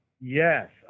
Yes